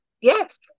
Yes